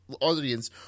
audience